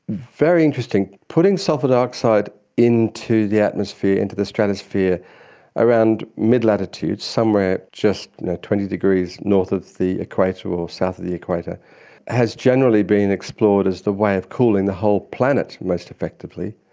very interesting, putting sulphur dioxide into the atmosphere, into the stratosphere around mid-latitudes, somewhere just twenty degrees north of the equator or south of the equator has generally been explored as the way of cooling the whole planet most effectively.